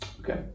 Okay